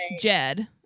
Jed